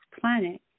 planet